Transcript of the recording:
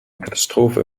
katastrophe